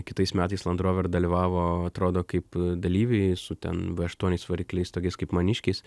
kitais metais landrover dalyvavo atrodo kaip dalyviai su ten v aštuoniais varikliais tokiais kaip maniškiais